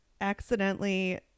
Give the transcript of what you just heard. accidentally